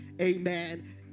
Amen